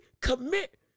commit